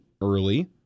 early